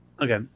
Okay